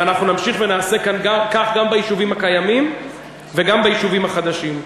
ואנחנו נמשיך ונעשה כך גם ביישובים הקיימים וגם ביישובים החדשים.